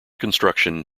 construction